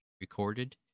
recorded